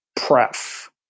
pref